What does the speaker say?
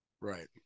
Right